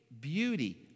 beauty